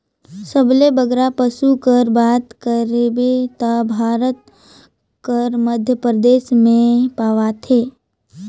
सबले बगरा पसु कर बात करबे ता भारत कर मध्यपरदेस में पवाथें